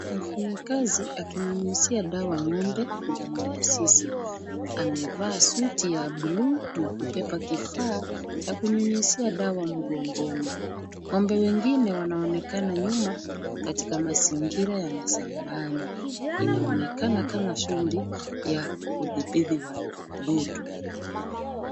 Mfanyikazi akinyunyizia dawa ng'ombe ndani ya zizi. Amevaa suti ya bluu na kubeba kifaa cha kunyunyizia dawa mgongoni. Ng'ombe wengine wanaonekana nyuma katika mazingira ya mashambani. Inaonekana kama shughuli ya kudhibiti wadudu.